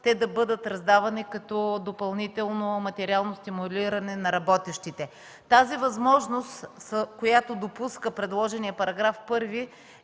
да бъдат раздавани като допълнително материално стимулиране на работещите. Възможността, която допуска предложеният § 1,